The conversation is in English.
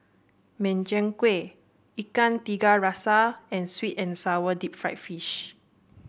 Min Chiang Kueh Ikan Tiga Rasa and sweet and sour Deep Fried Fish